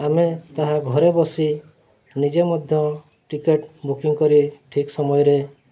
ଆମେ ତାହା ଘରେ ବସି ନିଜେ ମଧ୍ୟ ଟିକେଟ୍ ବୁକିଂ କରି ଠିକ୍ ସମୟରେ